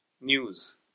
news